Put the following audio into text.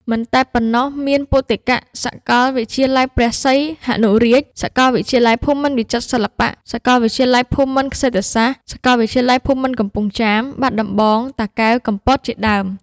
មិនតែប៉ុណ្ណោះមាន ពុទ្ធិកសាកលវិទ្យាល័យព្រះសីហនុរាជ, សាកលវិទ្យាល័យភូមិន្ទវិចិត្រសិល្បៈ, សាកលវិទ្យាល័យភូមិន្ទក្សេត្រសាស្ត្រ, សាកលវិទ្យាល័យភូមិន្ទកំពង់ចាម, បាត់ដំបង, តាកែវ-កំពត ជាដើម។